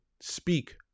speak